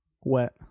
Wet